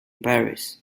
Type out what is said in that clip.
paris